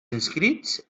inscrits